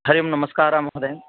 हरिः ओं नमस्कारः महोदय